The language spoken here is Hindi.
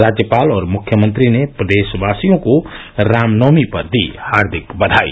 राज्यपाल और मुख्यमंत्री ने प्रदेशवासियों को रामनवमी पर दी हार्दिक बधाई